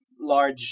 large